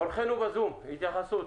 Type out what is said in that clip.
אורחינו בזום התייחסות.